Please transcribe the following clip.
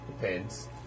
Depends